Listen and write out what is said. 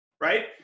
right